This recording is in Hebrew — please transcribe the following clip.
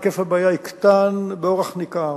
היקף הבעיה יקטן באורח ניכר.